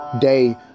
Day